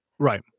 right